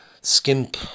skimp